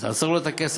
אז תעצור לו את הכסף.